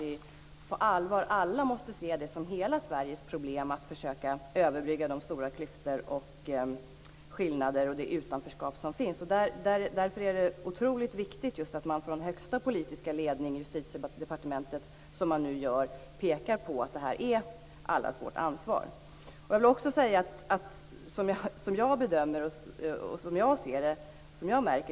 Vi måste alla på allvar se det som hela Sveriges problem att försöka överbrygga de stora klyftor, skillnader och det utanförskap som finns. Därför är det otroligt viktigt att man från högsta politiska ledning i Justitiedepartementet pekar på att detta är allas vårt ansvar, och det gör man nu också.